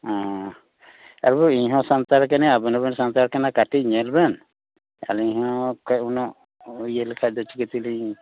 ᱚ ᱟᱫᱚ ᱤᱧ ᱦᱚᱸ ᱥᱟᱱᱛᱟᱲ ᱠᱟᱹᱱᱟᱹᱧ ᱟᱵᱮᱱ ᱦᱚᱸᱵᱮᱱ ᱥᱟᱱᱛᱟᱲ ᱠᱟᱱᱟ ᱠᱟᱹᱴᱤᱡ ᱧᱮᱞ ᱵᱮᱱ ᱟᱹᱞᱤᱧ ᱦᱚᱸ ᱩᱱᱟᱹᱜ ᱤᱭᱟᱹ ᱞᱮᱠᱷᱟᱱ ᱫᱚ ᱪᱤᱠᱟᱹ ᱛᱮᱞᱤᱧ